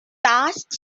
task